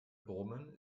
brummen